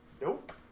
Nope